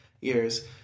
years